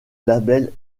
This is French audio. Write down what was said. label